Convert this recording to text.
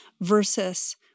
versus